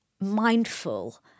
mindful